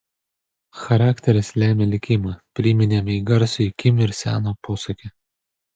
charakteris lemia likimą priminėm jai garsųjį kim ir seno posakį